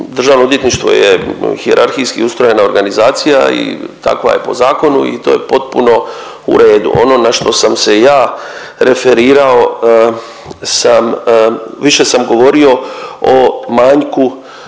državno odvjetništvo je hijerarhijski ustrojena organizacija i takva je po zakonu i to je potpuno u redu. Ono na što sam se ja referirao sam, više sam govorio o manjku